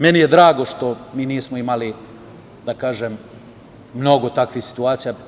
Meni je drago što mi nismo imali, da kažem, mnogo takvih situacija.